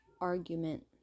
argument